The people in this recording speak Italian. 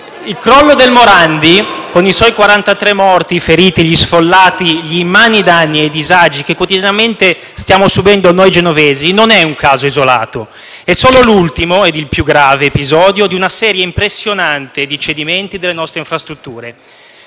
Il crollo del Morandi, con i suoi 43 morti, i feriti, gli sfollati, gli immani danni e disagi che quotidianamente stiamo subendo noi genovesi, non è un caso isolato: è solo l’ultimo ed il più grave episodio di una serie impressionante di cedimenti delle nostre infrastrutture.